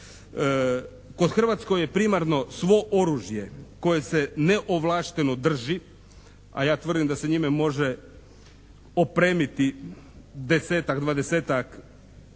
U Hrvatskoj je primarno svo oružje koje se neovlašteno drži, a ja tvrdim da se njime može opremiti desetak, dvadesetak